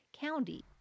county